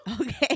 okay